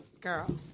Girl